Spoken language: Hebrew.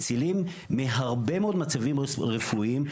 מצילים מהרבה מאוד מצבים רפואיים,